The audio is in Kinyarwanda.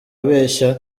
abeshya